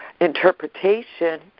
interpretation